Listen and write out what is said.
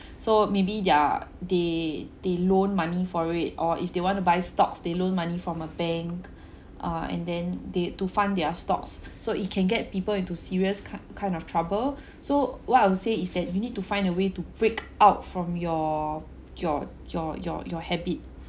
so maybe they're they they loan money for it or if they want to buy stocks they loan money from a bank uh and then they to fund their stocks so it can get people into serious kind kind of trouble so what I would say is that you need to find a way to break out from your your your your your habit